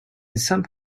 some